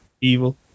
evil